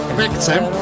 victim